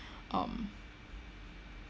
um